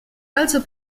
also